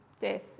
death